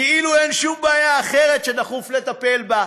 כאילו אין שום בעיה אחרת שדחוף לטפל בה,